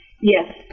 Yes